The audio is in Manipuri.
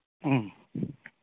ꯎꯝ